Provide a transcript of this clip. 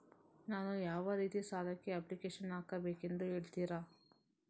ನಾನು ಯಾವ ರೀತಿ ಸಾಲಕ್ಕೆ ಅಪ್ಲಿಕೇಶನ್ ಹಾಕಬೇಕೆಂದು ಹೇಳ್ತಿರಾ?